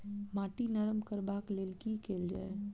माटि नरम करबाक लेल की केल जाय?